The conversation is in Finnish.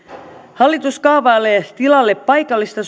hallitus kaavailee tilalle paikallista